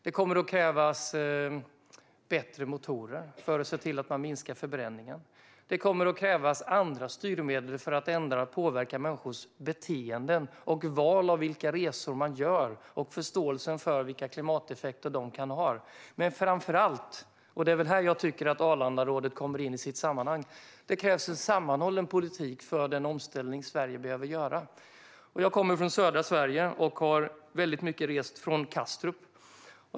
Det kommer att krävas bättre motorer för att minska förbränningen, och det kommer att krävas andra styrmedel för att ändra och påverka människors beteenden och val när det gäller vilka resor man gör och öka förståelsen för vilka klimateffekter de kan ha. Men framför allt, och det är här jag tycker att Arlandarådet kommer in, krävs en sammanhållen politik för den omställning Sverige behöver göra. Jag kommer från södra Sverige och har rest väldigt mycket från Kastrup.